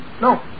No